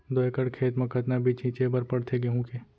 दो एकड़ खेत म कतना बीज छिंचे बर पड़थे गेहूँ के?